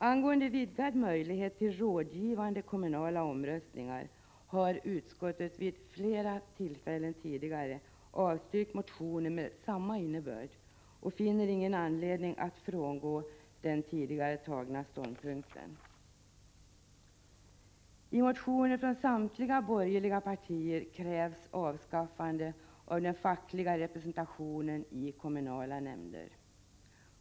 Angående vidgad möjlighet till rådgivande kommunala omröstningar har utskottet vid flera tillfällen tidigare avstyrkt motioner med samma innebörd och finner ingen anledning att frångå den tidigare intagna ståndpunkten. I motioner från samtliga borgerliga partier krävs avskaffande av den fackliga representationen i kommunala nämnder.